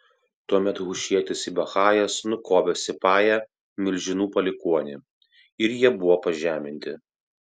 tuomet hušietis sibechajas nukovė sipają milžinų palikuonį ir jie buvo pažeminti